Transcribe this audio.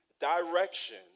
direction